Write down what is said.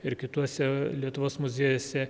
ir kituose lietuvos muziejuose